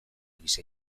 gisa